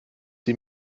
sie